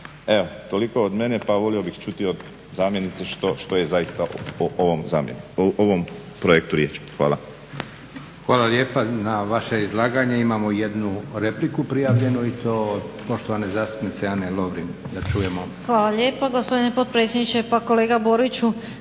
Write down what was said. Evo, toliko od mene pa volio bih čuti od zamjenice što je zaista u ovom projektu riječ. Hvala. **Leko, Josip (SDP)** Hvala lijepa. Na vaše izlaganje imamo jednu repliku prijavljenu i to od poštovane zastupnice Ane Lovrin. Da čujemo. **Lovrin, Ana (HDZ)** Hvala lijepa gospodine potpredsjedniče. Pa kolega Boriću